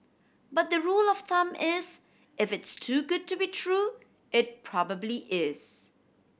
but the rule of thumb is if it's too good to be true it probably is